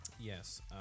Yes